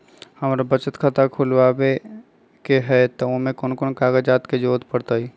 हमरा बचत खाता खुलावेला है त ए में कौन कौन कागजात के जरूरी परतई?